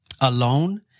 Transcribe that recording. alone